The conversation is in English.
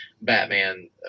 Batman